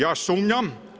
Ja sumnjam.